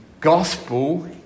gospel